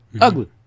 ugly